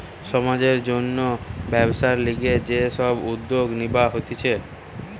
সমাজের জন্যে ব্যবসার লিগে যে সব উদ্যোগ নিবা হতিছে